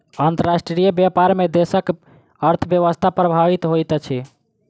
अंतर्राष्ट्रीय व्यापार में देशक अर्थव्यवस्था प्रभावित होइत अछि